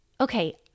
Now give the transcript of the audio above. okay